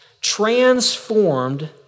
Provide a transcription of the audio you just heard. transformed